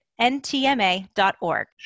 ntma.org